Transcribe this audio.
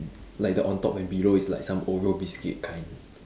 like the on top and below is like some oreo biscuit kind